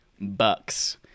Bucks